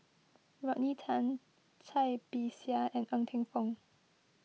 Rodney Tan Cai Bixia and Ng Teng Fong